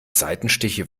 seitenstiche